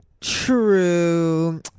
True